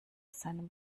seinem